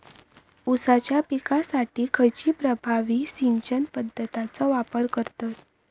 ऊसाच्या पिकासाठी खैयची प्रभावी सिंचन पद्धताचो वापर करतत?